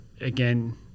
again